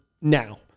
now